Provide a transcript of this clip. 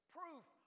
proof